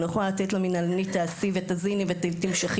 אני לא יכולה לתת למנהלנית לעשות ולהזין ולמשוך.